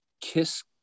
kiss